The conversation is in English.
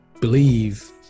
believe